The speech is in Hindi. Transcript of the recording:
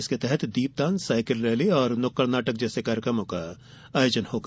इसके तहत दीपदान साइकिल रैली नुक्कड़ नाटक जैसे कार्यक्रमों का आयोजन होगा